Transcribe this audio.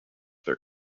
their